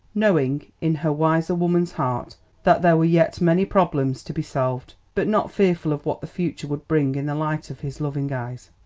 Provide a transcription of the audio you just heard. knowing in her wiser woman's heart that there were yet many problems to be solved, but not fearful of what the future would bring in the light of his loving eyes.